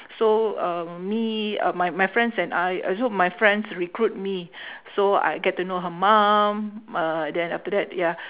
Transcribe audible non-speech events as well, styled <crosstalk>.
so uh me uh my my friends and I uh so my friends recruit me <breath> so I get to know her mum uh then after that ya <breath>